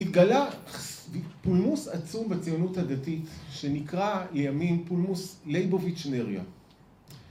‫התגלה פולמוס עצום בציונות הדתית ‫שנקרא לימים פולמוס ליבוביץ׳-נריה.